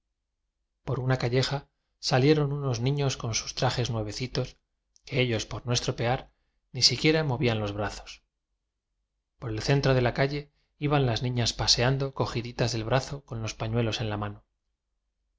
por una calleja salieron unos niños con sus trajes nuevecitos que ellos por no es tropear ni siquiera movían los brazos por el centro de la calle iban las niñas paseando cogiditas del brazo con los pañuelos en la mano